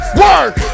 work